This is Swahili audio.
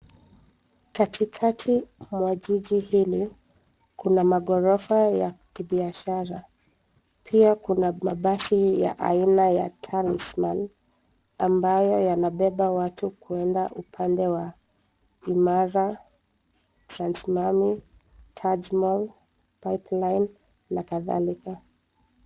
Katikati mwa jiji hili , kuna maghorofa ya kibiashara. Pia kuna mabasi ya aina ya Talisman ambayo yanabeba watu kuenda upande wa Imara, Transmami, Tajmal, Pipeline na kadhalika.